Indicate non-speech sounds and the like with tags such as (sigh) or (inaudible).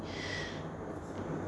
(breath)